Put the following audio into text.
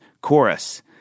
chorus